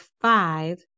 five